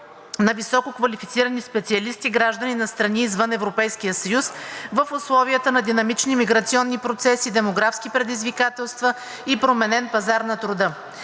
на висококвалифицирани специалисти – граждани на страни извън ЕС, в условията на динамични миграционни процеси, демографски предизвикателства и променен пазар на труда.